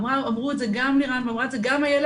אמרו את זה גם לירון וגם איילת,